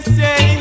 say